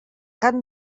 cant